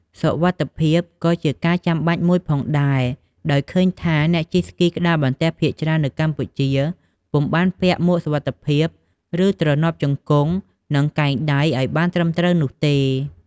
សុវត្ថិភាពក៏ជាការចាំបាច់មួយផងដែរ ដោយឃើញថា អ្នកជិះស្គីក្ដារបន្ទះភាគច្រើននៅកម្ពុជា ពុំបានពាក់មួកសុវត្ថិភាព ឬ ទ្រនាប់ជង្គង់ និងកែងដៃឱ្យបានត្រឹមត្រូវនោះទេ។